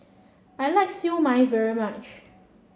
I like Siew Mai very much